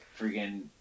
Freaking